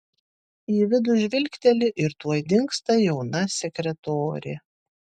į vidų žvilgteli ir tuoj dingsta jauna sekretorė